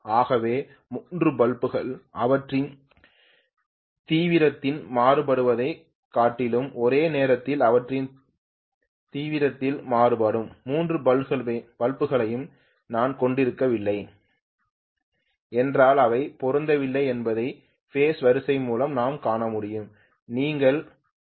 ஆகவே 3 பல்புகள் அவற்றின் தீவிரத்தில் மாறுபடுவதைக் காட்டிலும் ஒரே நேரத்தில் அவற்றின் தீவிரத்தில் மாறுபடும் 3 பல்புகளையும் நான் கொண்டிருக்கவில்லை என்றால் அவை பொருந்தவில்லை என்பதை பேஸ் வரிசை மூலம் நாம் காண முடியும்